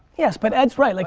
yes, but ed's right, like